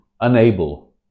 unable